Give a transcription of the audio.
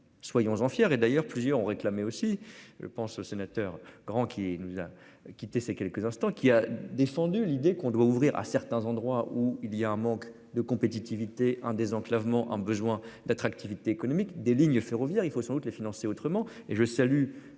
soyons-en fiers et d'ailleurs plusieurs ont réclamé aussi je pense sénateur grand qui nous a quitté ses quelques instants, qui a défendu l'idée qu'on doit ouvrir à certains endroits où il y a un manque de compétitivité un désenclavement un besoin d'attractivité économique des lignes ferroviaires, il faut sans doute les financer autrement